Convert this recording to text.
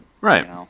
Right